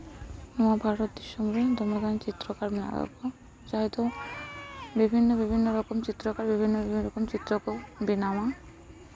ᱱᱚᱣᱟ ᱵᱷᱟᱨᱚᱛ ᱫᱤᱥᱚᱢ ᱨᱮ ᱫᱚᱢᱮ ᱜᱟᱱ ᱪᱤᱛᱛᱨᱚ ᱠᱟᱨ ᱢᱮᱱᱟᱜ ᱠᱟᱜ ᱠᱚᱣᱟ ᱯᱨᱟᱭ ᱫᱚ ᱵᱤᱵᱷᱤᱱᱱᱚ ᱵᱤᱵᱷᱤᱱᱱᱚ ᱨᱚᱠᱚᱢ ᱪᱤᱛᱛᱨᱚᱠᱟᱨ ᱵᱤᱵᱷᱤᱱᱱᱚ ᱨᱚᱠᱚᱢ ᱪᱤᱛᱛᱨᱚ ᱠᱚ ᱵᱮᱱᱟᱣᱟ